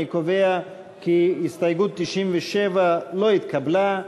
אני קובע כי הסתייגות 97 לא התקבלה.